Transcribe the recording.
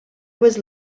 was